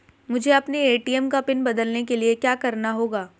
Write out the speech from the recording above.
मुझे अपने ए.टी.एम का पिन बदलने के लिए क्या करना होगा?